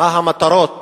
מה המטרות